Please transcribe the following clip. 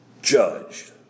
Judged